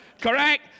Correct